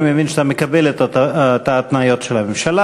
אני מבין שאתה מקבל את ההתניות של הממשלה.